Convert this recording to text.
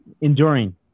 enduring